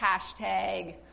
hashtag